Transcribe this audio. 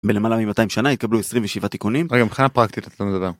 מלמעלה מ-200 שנה יקבלו 27 תיקונים. אבל מבחינה פרקטית אתה מדבר.